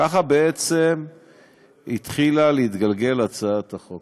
ככה בעצם התחילה להתגלגל הצעת החוק.